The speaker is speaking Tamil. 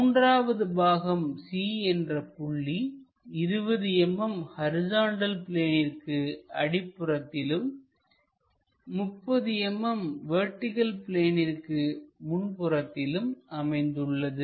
மூன்றாவது பாகம் C என்ற புள்ளி 20 mm ஹரிசாண்டல் பிளேனிற்கு அடி புறத்திலும் 30 mm வெர்டிகள் பிளேனிற்கு முன் புறத்திலும் அமைந்துள்ளது